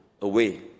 away